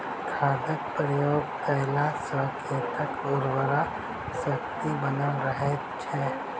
खादक प्रयोग कयला सॅ खेतक उर्वरा शक्ति बनल रहैत छै